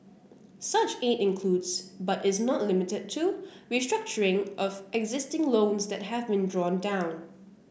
such aid includes but is not limited to restructuring of existing loans that have been drawn down